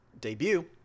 debut